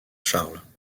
charles